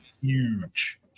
huge